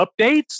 updates